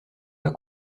pas